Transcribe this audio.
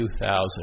2000